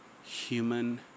human